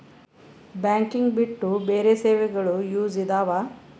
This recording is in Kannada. ಬ್ಯಾಂಕಿಂಗ್ ಬಿಟ್ಟು ಬೇರೆ ಸೇವೆಗಳು ಯೂಸ್ ಇದಾವ?